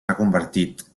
reconvertit